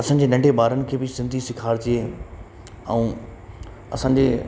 असांजे नंढे ॿारनि खे बि सिंधी सेखारिजे ऐं असांजे